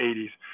80s